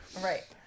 Right